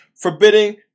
forbidding